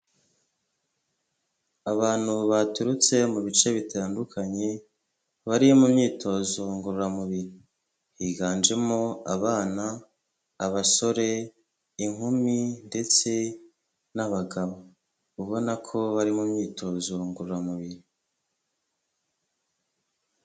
Abantu baturutse mu bice bitandukanye bari mu myitozo ngororamubiri higanjemo abana abasore inkumi ndetse n'abagabo ubona ko bari mu myitozo ngororamubiri.